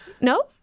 No